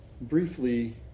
Briefly